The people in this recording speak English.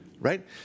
right